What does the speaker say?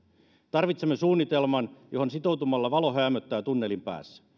tarvitsemme suunnitelman johon sitoutumalla valo häämöttää tunnelin päässä